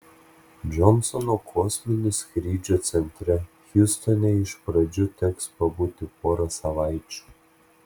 džonsono kosminių skrydžių centre hjustone iš pradžių teks pabūti porą savaičių